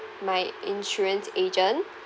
my insurance agent